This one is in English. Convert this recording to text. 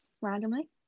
randomly